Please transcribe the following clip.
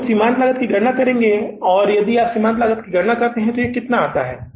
और हम अब सीमांत लागत की गणना करते हैं और यदि आप यहां सीमांत लागत की गणना करते हैं तो यह कितना आता है